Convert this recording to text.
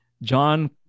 John